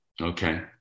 Okay